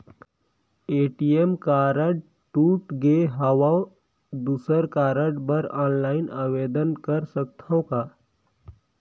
ATM card टूट गे हववं दुसर कारड बर ऑनलाइन आवेदन कर सकथव का?